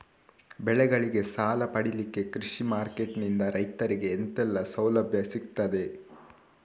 ಬೆಳೆಗಳಿಗೆ ಸಾಲ ಪಡಿಲಿಕ್ಕೆ ಕೃಷಿ ಮಾರ್ಕೆಟ್ ನಿಂದ ರೈತರಿಗೆ ಎಂತೆಲ್ಲ ಸೌಲಭ್ಯ ಸಿಗ್ತದ?